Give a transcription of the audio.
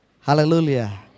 Hallelujah